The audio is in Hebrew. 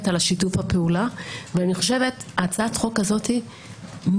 על שיתוף הפעולה אבל אני חושבת שהצעת החוק הזאת מפברואר,